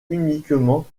uniquement